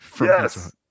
Yes